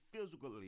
physically